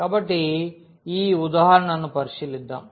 కాబట్టి ఈ ఉదాహరణను పరిశీలిద్దాం